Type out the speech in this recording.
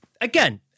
again